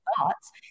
thoughts